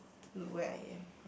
look where I am